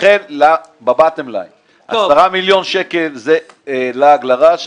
לכן, ב-bottom line, 10 מיליון שקל זה לעג לרש.